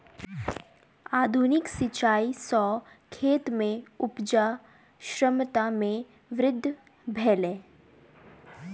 आधुनिक सिचाई सॅ खेत में उपजा क्षमता में वृद्धि भेलै